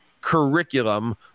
curriculum